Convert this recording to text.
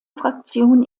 fraktion